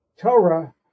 Torah